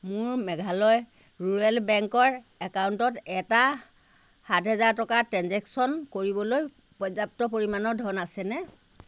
মোৰ মেঘালয় ৰুৰেল বেংকৰ একাউণ্টত এটা সাত হাজাৰ টকাৰ ট্ৰেঞ্জেকচন কৰিবলৈ পৰ্যাপ্ত পৰিমাণৰ ধন আছেনে